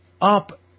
up